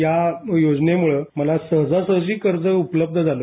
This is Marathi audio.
या योजनेमुळं मला सहजासहजी कर्ज उपलब्ध झाल